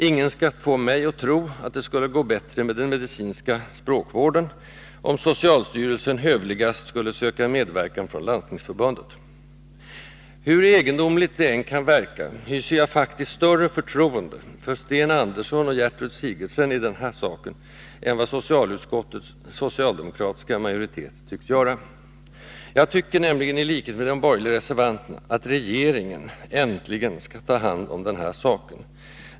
Ingen skall få mig att tro att det skulle gå bättre med den medicinska språkvården, om socialstyrelsen hövligast skulle söka medverkan från Landstingsförbundet. Hur egendomligt det än kan verka hyser jag faktiskt större förtroende för Sten Andersson och Gertrud Sigurdsen i den här saken än vad socialutskottets socialdemokratiska majoritet tycks göra. Jag tycker nämligen, i likhet med de borgerliga reservanterna, att regeringen äntligen skall ta hand om den här saken.